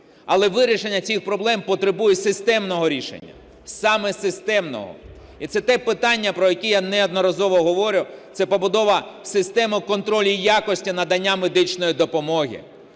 Але вирішення цих проблем потребує системного рішення, саме системного. І це те питання, про яке я неодноразово говорю, - це побудова системи контролю якості надання медичної допомоги,